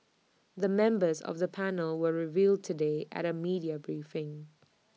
the members of the panel were revealed today at A media briefing